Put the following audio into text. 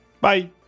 Bye